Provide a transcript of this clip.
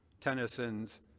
Tennyson's